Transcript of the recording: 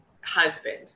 husband